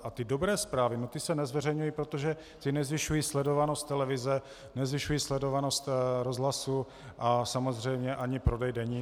A ty dobré zprávy se nezveřejňují, protože ty nezvyšují sledovanost televize, nezvyšují sledovanost rozhlasu a samozřejmě ani prodej deníků.